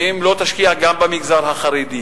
ואם היא לא תשקיע גם במגזר החרדי,